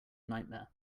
nightmare